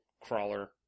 crawler